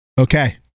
okay